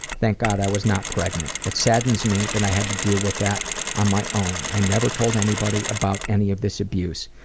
thank god i was not pregnant. it saddens me that i had to deal with that on my own. i never told anybody about any of this abuse.